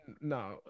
no